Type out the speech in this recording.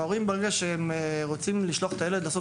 ברגע שהורים רוצים לשלוח את הילד לעשות